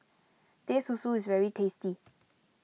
Teh Susu is very tasty